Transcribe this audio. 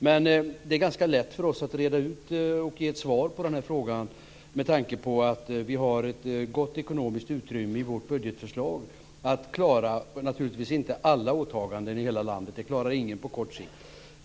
Det är dock ganska lätt för oss att reda ut och ge ett svar på den här frågan, eftersom vi har ett gott ekonomiskt utrymme i vårt budgetförslag. Vi kan naturligtvis inte klara alla åtaganden i hela landet; det klarar ingen på kort sikt.